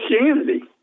Christianity